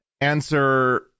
answer